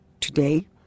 today